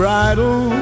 Bridal